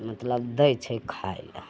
मतलब दै छै खाइ लए